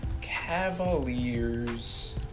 Cavaliers